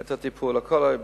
את הטיפול, הכול היה בסדר.